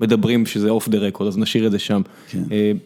מדברים שזה אוף דה רקורד, אז נשאיר את זה שם.